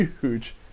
Huge